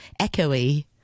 echoey